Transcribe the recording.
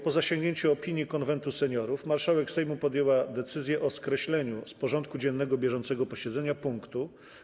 Po zasięgnięciu opinii Konwentu Seniorów marszałek Sejmu podjęła decyzję o skreśleniu z porządku dziennego bieżącego posiedzenia punktu 3.